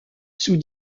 sous